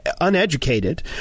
uneducated